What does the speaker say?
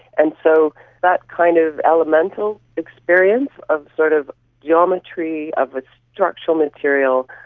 and so that kind of elemental experience of sort of geometry, of a structural material,